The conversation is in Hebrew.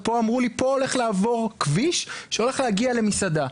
ופה אמרו לי פה הולך לעבור כביש שהולך להגיע למסעדה.